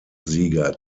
sieger